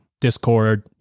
Discord